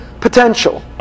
potential